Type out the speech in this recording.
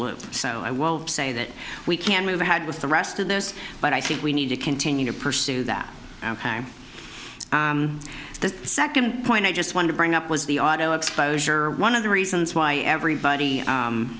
loop so i will say that we can move ahead with the rest of this but i think we need to continue to pursue that the second point i just want to bring up was the auto exposure one of the reasons why everybody